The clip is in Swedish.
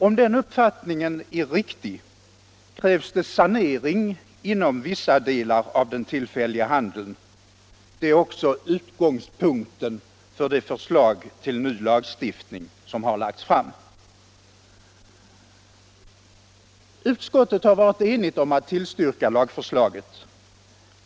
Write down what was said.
Om den uppfattningen är riktig krävs det sanering inom vissa delar av den tillfälliga handeln. Det är också utgångspunkten för det förslag till ny lagstiftning som här lagts fram. 149 Utskottet har varit enigt om att tillstyrka lagförslaget.